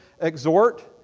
exhort